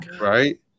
right